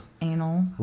anal